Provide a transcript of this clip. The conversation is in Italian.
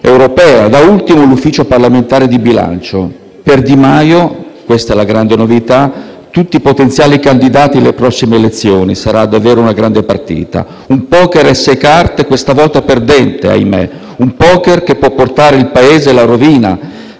europea; da ultimo, l'Ufficio parlamentare di bilancio: per Di Maio - questa è la grande novità - tutti potenziali candidati alle prossime elezioni. Sarà davvero una grande partita; un poker e sei carte questa volta perdenti, ahimè; un poker che può portare il Paese alla rovina,